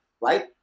right